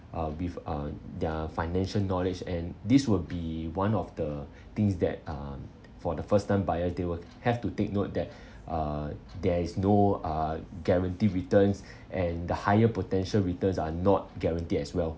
uh with uh their financial knowledge and this would be one of the things that um for the first time buyers they will have to take note that uh there is no uh guaranteed returns and the higher potential returns are not guaranteed as well